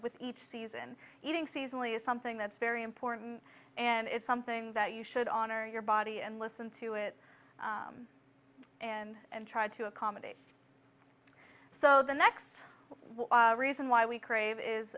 with each season eating seasonally is something that's very important and it's something that you should honor your body and listen to it and try to accommodate so the next one reason why we crave is